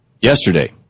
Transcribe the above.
Yesterday